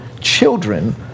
children